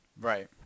Right